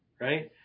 right